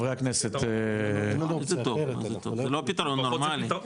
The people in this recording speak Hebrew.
זה לא פתרון נורמלי.